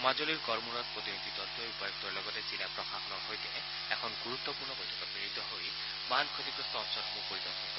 মাজুলীৰ গড়মূৰত প্ৰতিনিধি দলটোৱে উপায়ুক্তৰ লগতে জিলা প্ৰশাসনৰ সৈতে এখন গুৰুত্বপূৰ্ণ বৈঠকত মিলিত হৈ বানত ক্ষতিগ্ৰস্ত অঞ্চলসমূহ পৰিদৰ্শন কৰিব